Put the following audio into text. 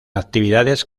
actividades